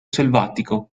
selvatico